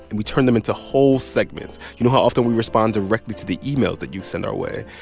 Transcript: and we turn them into whole segments you know how often we respond directly to the emails that you send our way.